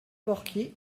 porquier